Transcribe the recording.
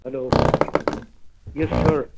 hello yes sir